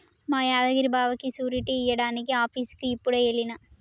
మా యాదగిరి బావకి సూరిటీ ఇయ్యడానికి ఆఫీసుకి యిప్పుడే ఎల్లిన